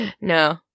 No